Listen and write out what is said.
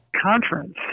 conference